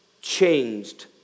changed